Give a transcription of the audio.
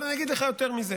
אבל אני אגיד לך יותר מזה.